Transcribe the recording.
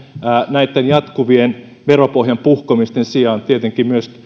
näitten jatkuvien veropohjan puhkomisten sijaan tietenkin myös